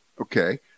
Okay